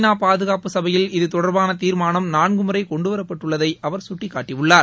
நா பாதுகாப்பு சபையில் இதுதொடர்பான தீர்மானம் நான்கு முறை கொண்டுவரப்பட்டுள்ளதை அவர் சுட்டிகாட்டியுள்ளார்